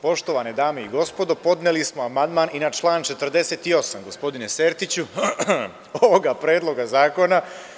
Poštovane dame i gospodo, podneli smo amandman i na član 48, gospodine Sertiću, ovoga Predloga zakona.